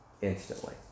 Instantly